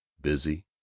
busy